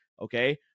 Okay